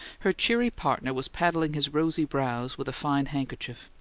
her cheery partner was paddling his rosy brows with a fine handkerchief.